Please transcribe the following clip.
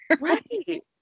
Right